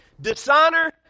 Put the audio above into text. Dishonor